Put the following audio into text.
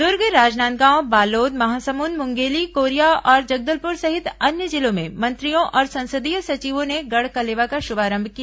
दुर्ग राजनांदगांव बालोद महासमुंद मुंगेली कोरिया और जगदलपुर सहित अन्य जिलों में मंत्रियों और संसदीस सचिवों ने गढ़कलेवा का शुभारंभ किया